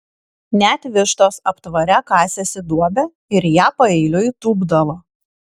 net vištos aptvare kasėsi duobę ir į ją paeiliui tūpdavo